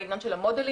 בעניין של המודלינג.